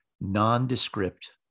nondescript